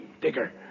Digger